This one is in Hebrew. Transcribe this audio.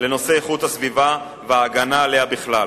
לנושא איכות הסביבה וההגנה עליה בכלל,